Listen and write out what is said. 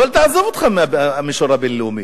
אבל עזוב אותך מהמישור הבין-לאומי.